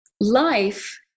life